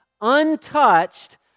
untouched